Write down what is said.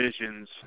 Visions